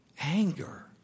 anger